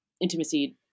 intimacy